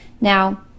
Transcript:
Now